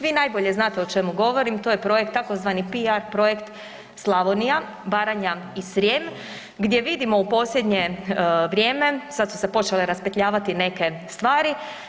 Vi najbolje znate o čemu govorim, to je projekt tzv. piar Projekt Slavonija, Baranja i Srijem gdje vidimo u posljednje vrijeme, sad su se počele raspetljavati neke stvari.